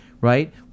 right